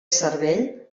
cervell